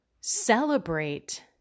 celebrate